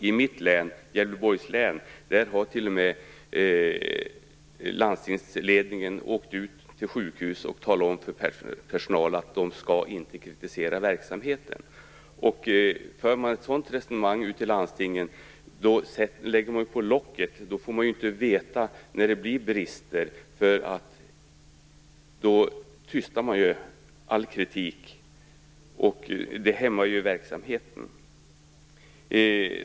I mitt län, Gävleborgs län, har landstingsledningen t.o.m. åkt ut till sjukhus och talat om för personalen att den inte skall kritisera verksamheten. För man ett sådant resonemang ute i landstingen lägger man på locket. Man får inte kännedom om brister därför att man tystar all kritik. Det hämmar verksamheten.